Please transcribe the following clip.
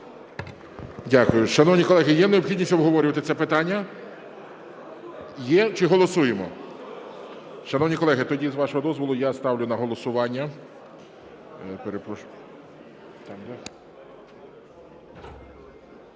Дякую. Шановні колеги, є необхідність обговорювати це питання? Є чи голосуємо? Шановні колеги, тоді, з вашого дозволу, я ставлю на голосування…